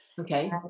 Okay